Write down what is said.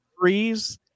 freeze